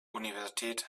universität